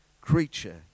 creature